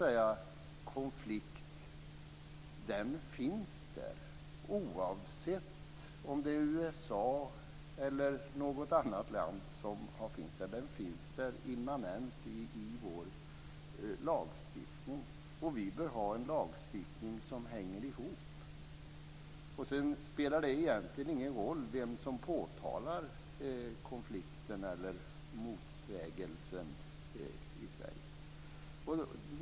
Denna konflikt finns där oavsett om det är USA eller något annat land som agerar. Den finns där immanent i vår lagstiftning, och vi bör ha en lagstiftning som hänger ihop. Sedan spelar det egentligen ingen roll vem som påtalar konflikten eller motsägelsen i sig.